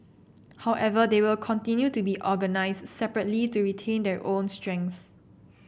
however they will continue to be organize separately to retain their own strengths